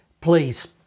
Please